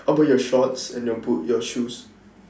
how about your shorts and your boot your shoes